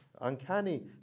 uncanny